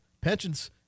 Pensions